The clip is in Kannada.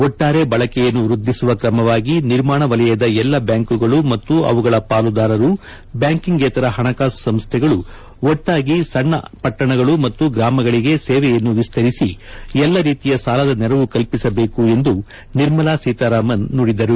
ಒಟ್ಟಾರೆ ಬಳಕೆಯನ್ನು ವೃದ್ಧಿಸುವ ಕ್ರಮವಾಗಿ ನಿರ್ಮಾಣ ವಲಯದ ಎಲ್ಲ ಬ್ಯಾಂಕುಗಳು ಮತ್ತು ಅವುಗಳ ಪಾಲುದಾರರು ಬ್ಕಾಂಕಿಂಗ್ಯೇತರ ಪಣಕಾಸು ಸಂಸ್ಥೆಗಳು ಒಟ್ಟಾಗಿ ಸಣ್ಣ ಪಟ್ಟಣಗಳು ಮತ್ತು ಗ್ರಾಮಗಳಿಗೆ ಸೇವೆಯನ್ನು ವಿಸ್ತರಿಸಿ ಎಲ್ಲ ರೀತಿಯ ಸಾಲದ ನೆರವು ಕಲ್ಪಿಸಬೇಕು ಎಂದು ನಿರ್ಮಲಾ ಸೀತಾರಾಮನ್ ನುಡಿದರು